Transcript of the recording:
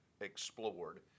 explored